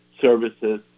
services